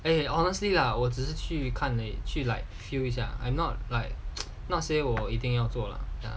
eh honestly lah 我只是去看而已去 feel 一下 I'm not like not say 我一定要做 lah